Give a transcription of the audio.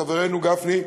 חברנו גפני,